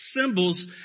symbols